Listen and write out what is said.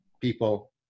people